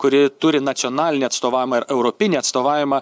kuri turi nacionalinį atstovavimą ir europinį atstovavimą